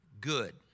good